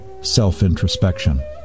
...self-introspection